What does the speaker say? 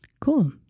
Cool